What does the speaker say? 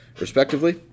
respectively